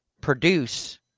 produce